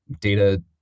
data